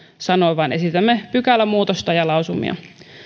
sanoi vaan esitämme pykälämuutosta ja lausumia